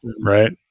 Right